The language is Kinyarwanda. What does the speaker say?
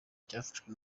cyafashwe